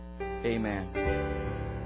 Amen